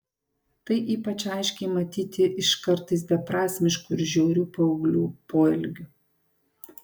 tai ypač aiškiai matyti iš kartais beprasmiškų ir žiaurių paauglių poelgių